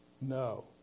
No